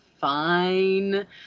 fine